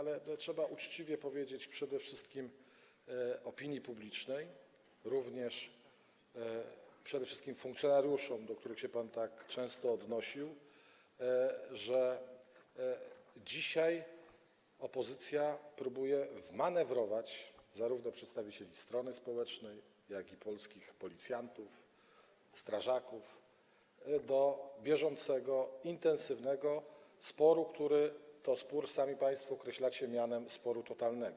Trzeba jednak uczciwie powiedzieć przede wszystkim opinii publicznej, a zwłaszcza funkcjonariuszom, do których się pan tak często odnosił, że dzisiaj opozycja próbuje wmanewrować zarówno przedstawicieli strony społecznej, jak i polskich policjantów, strażaków w bieżący intensywny spór, który to spór sami państwo określacie mianem sporu totalnego.